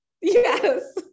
Yes